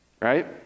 right